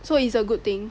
so it's a good thing